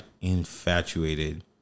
infatuated